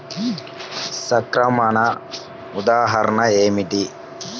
సంక్రమణ ఉదాహరణ ఏమిటి?